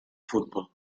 football